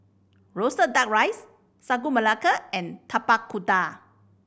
roasted Duck Rice Sagu Melaka and Tapak Kuda